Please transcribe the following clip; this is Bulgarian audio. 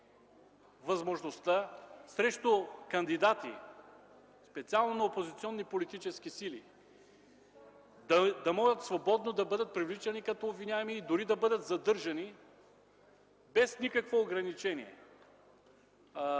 възможността кандидати, специално на опозиционни политически сили, да могат свободно да бъдат привличани като обвиняеми, дори да бъдат задържани без никакво ограничение.